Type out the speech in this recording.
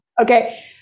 okay